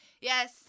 yes